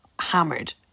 hammered